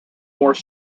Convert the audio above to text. more